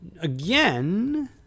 again